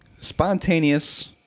spontaneous